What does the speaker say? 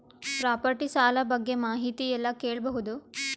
Property ಸಾಲ ಬಗ್ಗೆ ಮಾಹಿತಿ ಎಲ್ಲ ಕೇಳಬಹುದು?